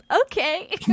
Okay